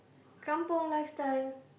kampung lifestyle